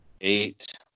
eight